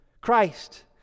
Christ